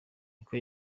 niko